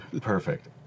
Perfect